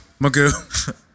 Magoo